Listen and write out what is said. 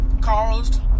caused